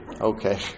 Okay